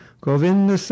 Govinda